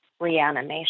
reanimation